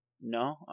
No